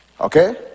Okay